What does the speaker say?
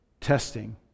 testing